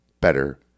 better